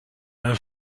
elle